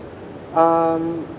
um